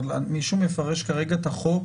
אבל מישהו מפרש כרגע את החוק